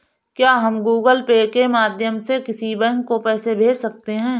क्या हम Google Pay के माध्यम से किसी बैंक को पैसे भेज सकते हैं?